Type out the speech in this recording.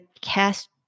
cast